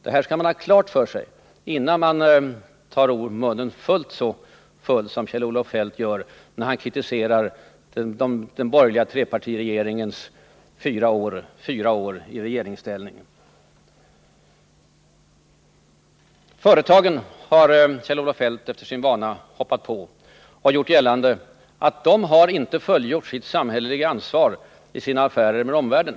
Det här skall man ha klart för sig innan man tar munnen så full som Kjell-Olof Feldt gör när han kritiserar den borgerliga trepartiregeringens fyra år i regeringsställning. Företagen hoppade Kjell-Olof Feldt på efter sin vana. Han gjorde gällande att de inte tagit sitt samhälleliga ansvar i sina affärer med omvärlden.